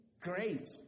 great